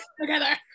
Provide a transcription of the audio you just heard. together